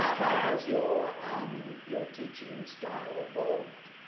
ah how has your um your teaching style evolved